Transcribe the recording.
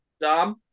Dom